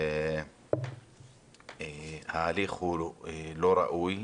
זה הליך לא ראוי,